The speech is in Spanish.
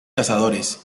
cazadores